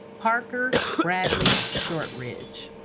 parker bradley shortridge